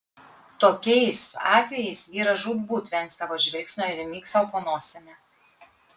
tokiais atvejais vyras žūtbūt vengs tavo žvilgsnio ir myks sau po nosimi